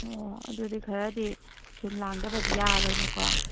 ꯑꯣ ꯑꯗꯨꯗꯤ ꯈꯔꯗꯤ ꯁꯤꯜ ꯂꯥꯡꯗꯕꯗꯤ ꯌꯥꯔꯔꯣꯏꯅꯦ ꯀꯣ